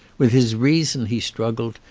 with his reason he struggled,